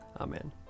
Amen